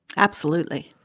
absolutely.